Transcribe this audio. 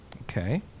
Okay